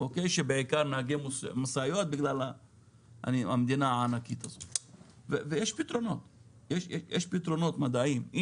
בעיקר נהגי משאיות יש פתרונות מדעיים.